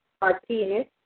Martinez